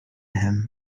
him